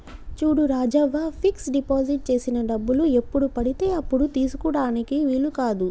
చూడు Rajavva fix deposit చేసిన డబ్బులు ఎప్పుడు పడితే అప్పుడు తీసుకుటానికి వీలు కాదు